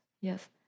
Yes